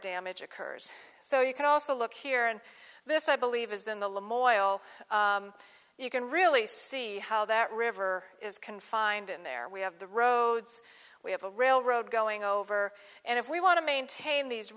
damage occurs so you can also look here and this i believe is in the limo oil you can really see how that river is confined in there we have the roads we have a railroad going over and if we want to maintain these